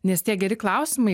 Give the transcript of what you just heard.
nes tie geri klausimai